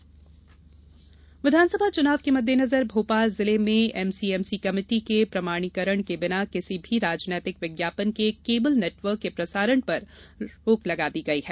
विज्ञापन रोक विधानसभा चुनाव के मददेनजर भोपाल जिले में एमसीएमसी कमेटी के प्रमाणीकरण के बिना किसी भी राजनैतिक विज्ञापन के केवल नेटवर्क के प्रसारण पर रोक लगा दी गयी है